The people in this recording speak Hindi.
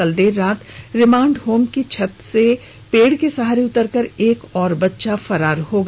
कल देर रात रिमांड होम की छत से पेड़ के सहारे उतरकर एक और बच्चा फरार हो गया